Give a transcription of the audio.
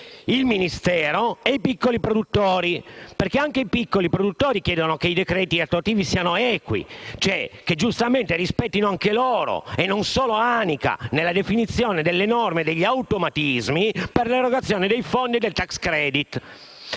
il Ministero e i piccoli produttori. Perché anche i piccoli produttori chiedono che i decreti attuativi siano equi e che, giustamente, rispettino anche loro e non solo Anica nella definizione delle norme e degli automatismi per l'erogazione dei fondi del *tax credit*.